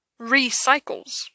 recycles